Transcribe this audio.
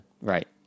Right